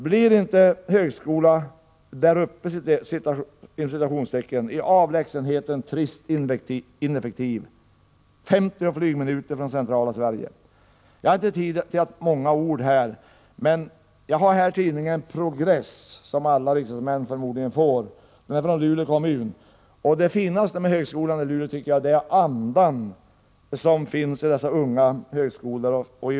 Blir inte en högskola ”där uppe” i avlägsenheten trist och ineffektiv — 50 flygminuter från centrala Sverige? Jag har inte tid till många ord men har här tidningen Progress från Luleå kommun. Den går antagligen till alla riksdagsledamöter. Det finaste med högskolan i Luleå och med universitetet i Umeå är andan i dessa högskolor.